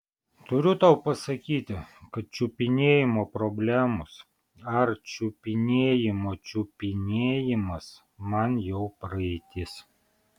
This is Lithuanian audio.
turiu tau pasakyti kad čiupinėjimo problemos ar čiupinėjimo čiupinėjimas man jau praeitis